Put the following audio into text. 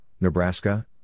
Nebraska